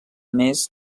més